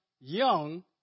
young